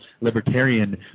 libertarian